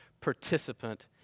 participant